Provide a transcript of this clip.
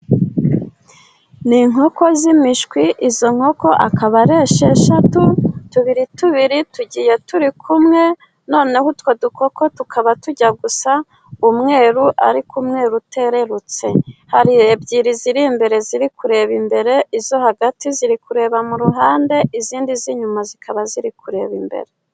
Ni inkoko z'imishwi, izo nkoko akaba ari esheshatu, tubiri tubiri tugiye turi kumwe, noneho utwo dukoko tukaba tujya gusa umweru, ariko umwe utererutse. Hari ebyiri ziri imbere ziri kureba imbere, izo hagati ziri kureba mu ruhande, izindi z'inyuma zikaba ziri kureba imbere.